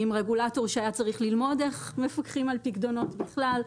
עם רגולטור שהיה צריך ללמוד איך מפקחים על פיקדונות בכלל.